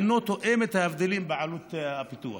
אינו תואם את ההבדלים בעלות הפיתוח.